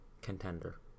Contender